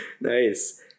nice